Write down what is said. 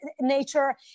nature